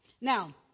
Now